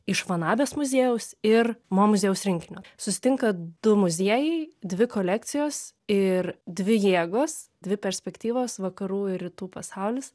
iš vanabės muziejaus ir mo muziejaus rinkinio susitinka du muziejai dvi kolekcijos ir dvi jėgos dvi perspektyvos vakarų ir rytų pasaulis